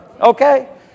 Okay